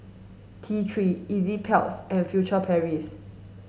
T three Enzyplex and Furtere Paris